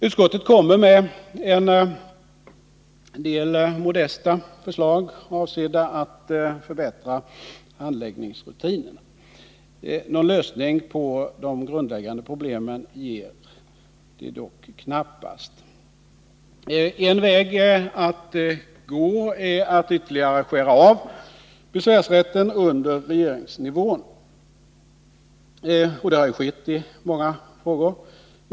Utskottet kommer med en del modesta förslag, avsedda att förbättra handläggningsrutinerna. Någon lösning på de grundläggande problemen ger det dock knappast. En väg att gå är att ytterligare skära av besvärsrätten under regeringsnivån, och det har ju skett i många frågor.